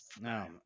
No